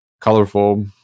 colorful